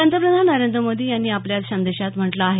प्रधानमंत्री नरेंद्र मोदी यांनी आपल्या संदेशात म्हटलं आहे